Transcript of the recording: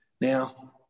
Now